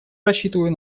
рассчитываю